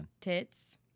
tits